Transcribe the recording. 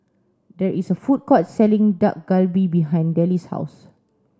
there is a food court selling Dak Galbi behind Dellie's house